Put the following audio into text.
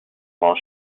while